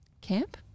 camp